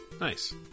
Nice